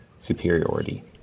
superiority